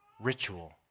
ritual